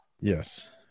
Yes